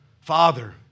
Father